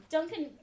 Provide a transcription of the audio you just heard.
Duncan